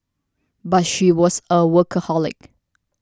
but she was a workaholic